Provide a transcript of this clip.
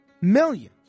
millions